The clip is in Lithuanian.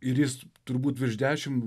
ir jis turbūt virš dešim